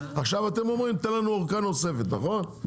עכשיו אתם אומרים: תן לנו ארכה נוספת, נכון?